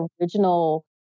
original